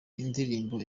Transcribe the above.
indirimbo